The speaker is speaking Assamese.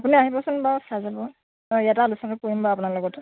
আপুনি আহিবচোন বাৰু চাই যাব অঁ ইয়াতে আলোচনাটো কৰিম বাৰু আপোনাৰ লগতো